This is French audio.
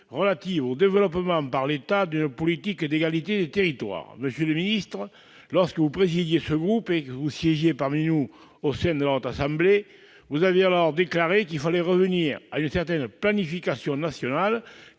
relative au développement par l'État d'une politique d'égalité des territoires. Monsieur le ministre, lorsque vous présidiez ce groupe et que vous siégiez parmi nous au sein de la Haute Assemblée, vous aviez alors déclaré qu'il fallait revenir à une certaine planification nationale,